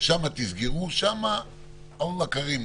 שם תסגרו, שם אללה כרים.